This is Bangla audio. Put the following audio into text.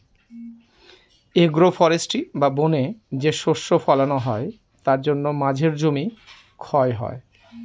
এগ্রো ফরেষ্ট্রী বা বনে যে শস্য ফলানো হয় তার জন্য মাঝের জমি ক্ষয় হয়